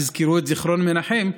תזכרו את זכרון מנחם,